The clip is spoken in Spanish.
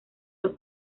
los